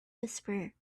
whisperer